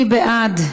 מי בעד?